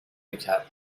میکرد